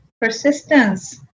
persistence